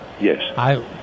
Yes